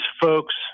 folks